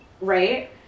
right